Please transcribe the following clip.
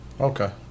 Okay